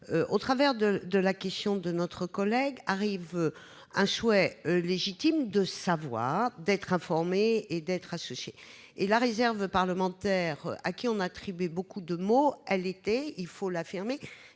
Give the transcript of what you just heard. Au travers de la question de notre collègue apparaît le souhait légitime de savoir, d'être informé et d'être associé. La réserve parlementaire, à qui on a attribué beaucoup de maux, était, il faut l'affirmer,